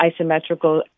isometrical